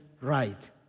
right